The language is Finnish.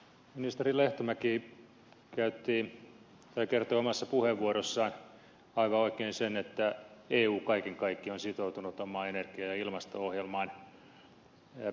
ministeri lehtomäki kertoi omassa puheenvuorossaan aivan oikein sen että eu kaiken kaikkiaan on sitoutunut omaan energia ja ilmasto ohjelmaansa